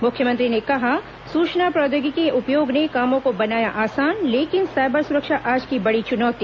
मुख्यमंत्री ने कहा सूचना प्रौद्योगिकी के उपयोग ने कामों को बनाया आसान लेकिन सायबर सुरक्षा आज की बड़ी चुनौती